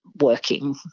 working